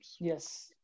Yes